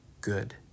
good